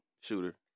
shooter